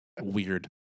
weird